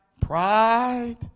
Pride